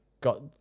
got